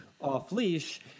off-leash